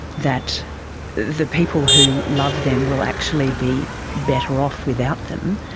that the people who love them will actually be better off without them,